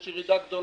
יש ירידה גדולה.